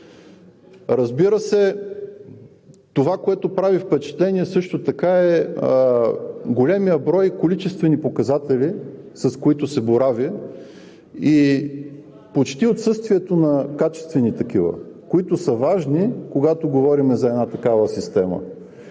Разбира се, това, което прави впечатление, е и големият брой количествени показатели, с които се борави, и почти отсъствието на качествени такива, които са важни, когато говорим за една такава система.